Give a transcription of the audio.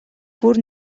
бүр